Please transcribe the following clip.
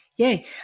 Yay